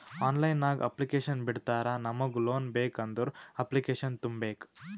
online ನಾಗ್ application ಬಿಡ್ತಾರಾ ನಮುಗ್ ಲೋನ್ ಬೇಕ್ ಅಂದುರ್ ಅಪ್ಲಿಕೇಶನ್ ತುಂಬೇಕ್